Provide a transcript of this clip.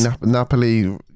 Napoli